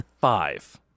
Five